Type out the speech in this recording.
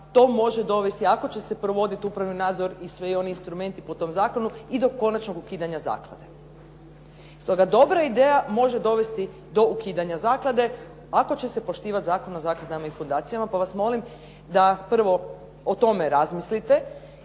to može dovesti, ako će se provodit upravni nadzor i svi oni instrumenti po tom zakonu i do konačnog ukidanja zaklade. Stoga dobra ideja može dovesti do ukidanja zaklade, ako će se poštivat Zakon o zakladama i fundacijama, pa vas molim da prvo o tome razmislite